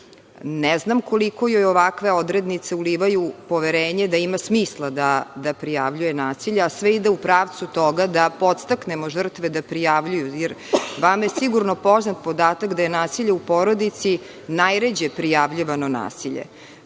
Ne znam koliko joj ovakve odrednice ulivaju poverenje da ima smisla da prijavljuje nasilje, a sve ide u pravcu toga da podstaknemo žrtve da prijavljuju. Vama je sigurno poznat podatak da je nasilje u porodici najređe prijavljivano nasilje.